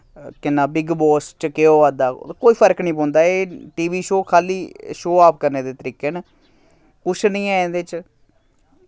केह् नांऽ Bigg Boss च केह् होआ दा कोई फर्क नी पौंदा एह् टी वी शो खाल्ली शो आफ करने दे तरीके न कुछ नी ऐ एह्दे च